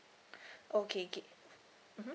okay okay mmhmm